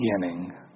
beginning